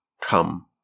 come